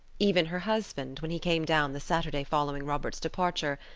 even her husband, when he came down the saturday following robert's departure,